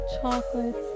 chocolates